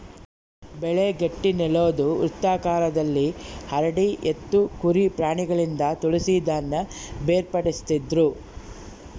ಬೆಳೆ ಗಟ್ಟಿನೆಲುದ್ ವೃತ್ತಾಕಾರದಲ್ಲಿ ಹರಡಿ ಎತ್ತು ಕುರಿ ಪ್ರಾಣಿಗಳಿಂದ ತುಳಿಸಿ ಧಾನ್ಯ ಬೇರ್ಪಡಿಸ್ತಿದ್ರು